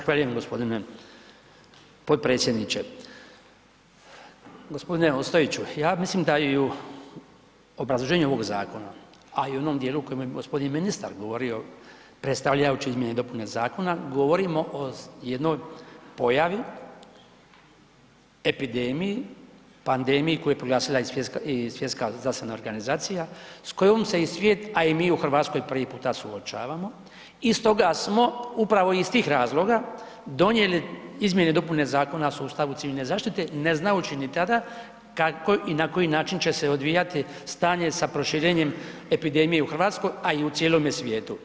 Zahvaljujem g. potpredsjedniče. g. Ostojiću, ja mislim da je i u obrazloženje ovog zakona, a i u onom dijelu u kojem je g. ministar govorio predstavljajući izmjene i dopune zakona, govorimo o jednoj pojavi, epidemiji, pandemiji koji je proglasila i Svjetska zdravstvena organizacija s kojom se i svijet, a i mi u RH prvi puta suočavamo i stoga smo upravo iz tih razloga donijeli izmjene i dopune Zakona o sustavu civilne zaštite ne znajući ni tada i na koji način će se odvijati stanje sa proširenjem epidemije u RH, a i u cijelome svijetu.